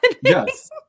Yes